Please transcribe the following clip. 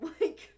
Like-